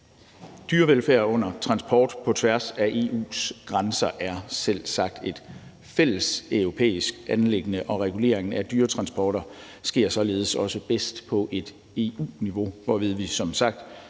Dyrevelfærd under transport på tværs af EU's grænser er selvsagt et fælleseuropæisk anliggende, og reguleringen af dyretransporter sker således også bedst på et EU-niveau, hvorved vi som sagt